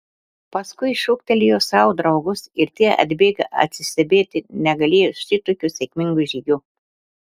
paskui šūktelėjo savo draugus ir tie atbėgę atsistebėti negalėjo šitokiu sėkmingu žygiu